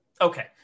okay